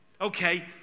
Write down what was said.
Okay